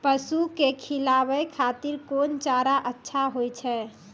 पसु के खिलाबै खातिर कोन चारा अच्छा होय छै?